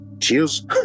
cheers